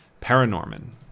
Paranorman